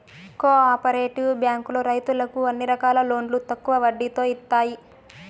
co operative బ్యాంకులో రైతులకు అన్ని రకాల లోన్లు తక్కువ వడ్డీతో ఇత్తాయి